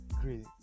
great